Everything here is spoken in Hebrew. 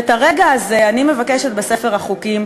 את הרגע הזה אני מבקשת לתקן בספר החוקים,